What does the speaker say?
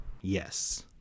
Yes